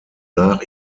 nach